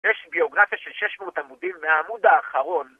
יש ביוגרפיה של 600 עמודים מהעמוד האחרון